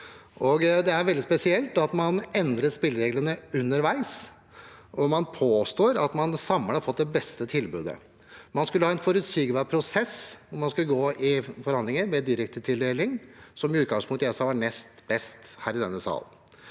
Det er veldig spesielt at man endrer spillereglene underveis, hvor man påstår at man samlet har fått det beste tilbudet. Man skulle ha en forutsigbar prosess, hvor man skulle gå i forhandlinger med direktetildeling, som jeg i utgangspunktet sa var nest best, her i denne salen.